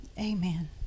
amen